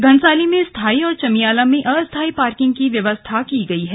घनसाली में स्थाई और चमियाला में अस्थाई पार्किंग की व्यवस्था की गयी है